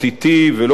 ולא רק התשתיתי,